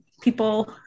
people